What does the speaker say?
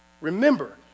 remember